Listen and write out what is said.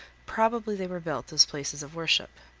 probably they were built as places of worship.